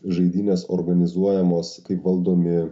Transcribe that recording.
žaidynės organizuojamos kaip valdomi